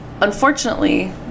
unfortunately